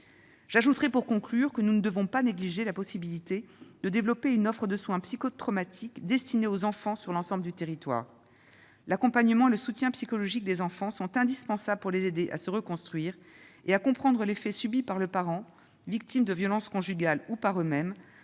J'ajouterai pour conclure que nous ne devons pas négliger la possibilité de développer une offre de soins psychotraumatiques destinée aux enfants sur l'ensemble du territoire. L'accompagnement et le soutien psychologique des enfants sont indispensables pour les aider à se reconstruire et à comprendre les faits subis par le parent victime de violences conjugales ou par eux-mêmes,